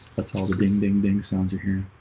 that's all the ding. ding. ding. sounds are here.